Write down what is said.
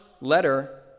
letter